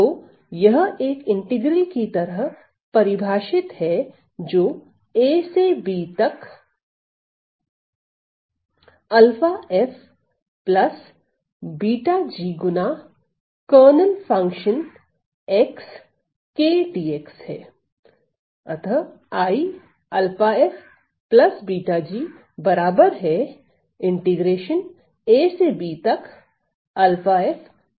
तो यह एक इंटीग्रल की तरह परिभाषित है जो a से b तक 𝞪 f प्लस 𝜷 g गुना kernel function x K dx है